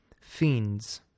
fiends